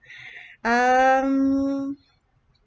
um